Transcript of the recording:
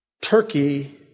Turkey